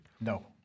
No